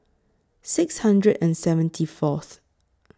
six hundred and seventy Fourth